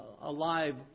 alive